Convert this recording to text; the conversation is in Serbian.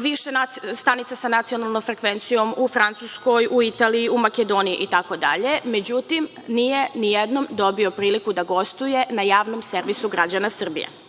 više stanica sa nacionalnom frekvencijom u Francuskoj, u Italiji, u Makedoniji itd. Međutim, nije nijednom dobio priliku da gostuje na Javnom servisu građana Srbije.